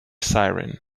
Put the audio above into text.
siren